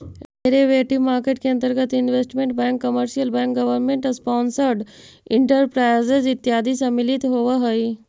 derivative market के अंतर्गत investment bank commercial bank government sponsored enterprises इत्यादि सम्मिलित होवऽ हइ